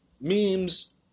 memes